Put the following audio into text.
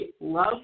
love